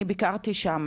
אני ביקרתי שם.